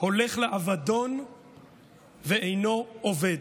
הולך לאבדון ואינו אובד"